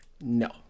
No